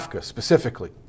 Specifically